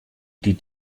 die